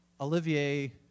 Olivier